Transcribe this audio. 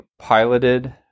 piloted